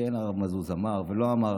וכן הרב מאזוז אמר ולא אמר,